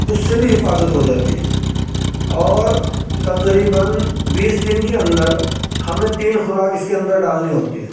اس سے بھی حفاظت ہو جاتی ہے اور تقریباً بیس دن کے اندر ہمیں تین خوراک اس کے اندر ڈالنی ہوتی ہے